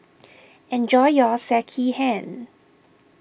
enjoy your Sekihan